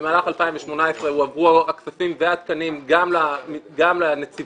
במהלך 2018 הועברו הכספים והתקנים גם לנציבות